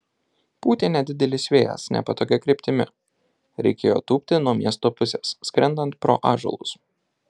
pūtė nedidelis vėjas nepatogia kryptimi reikėjo tūpti nuo miesto pusės skrendant pro ąžuolus